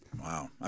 Wow